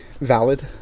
valid